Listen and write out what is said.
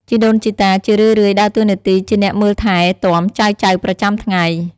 ជីដូនជីតាជារឿយៗដើរតួនាទីជាអ្នកមើលថែទាំចៅៗប្រចាំថ្ងៃ។